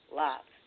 love